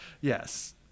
Yes